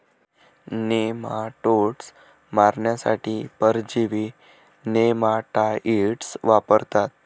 nematodes मारण्यासाठी परजीवी nematicides वापरतात